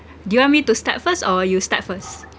do you want me to start first or you start first